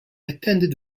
attended